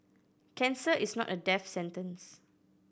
cancer is not a death sentence